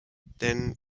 then